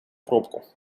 пробку